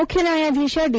ಮುಖ್ಯ ನ್ಯಾಯಾಧೀಶ ದಿ